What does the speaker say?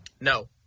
No